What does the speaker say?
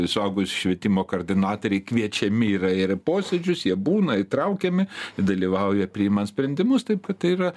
suaugusių švietimo koordinatoriai kviečiami yra ir į posėdžius jie būna įtraukiami dalyvauja priimant sprendimus taip kad tai yra